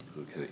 Okay